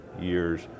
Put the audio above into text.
years